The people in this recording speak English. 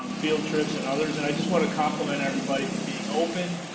um field trips and others. and i just want to compliment everybody for being open,